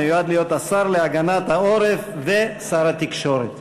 המיועד להיות השר להגנת העורף ושר התקשורת.